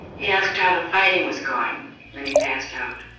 he asked how the fighting was going then he passed out.